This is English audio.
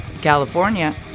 California